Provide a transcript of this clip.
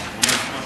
כן.